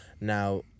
Now